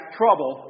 trouble